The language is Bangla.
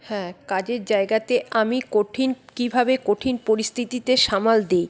হ্যাঁ কাজের জায়গাতে আমি কঠিন কীভাবে কঠিন পরিস্থিতিতে সামাল দিই